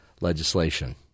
legislation